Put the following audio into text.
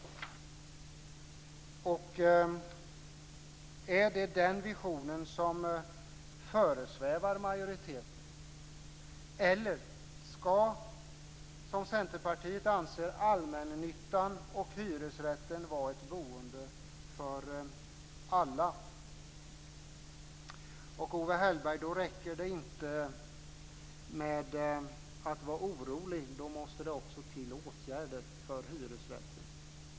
Är det den visionen som föresvävar majoriteten, eller ska, som Centerpartiet anser, allmännyttan och hyresrätten vara ett boende för alla? Owe Hellberg, då räcker det inte att vara orolig, utan då måste det också till åtgärder för hyresrätten.